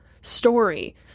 story